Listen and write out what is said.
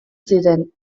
ziren